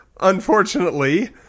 unfortunately